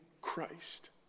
Christ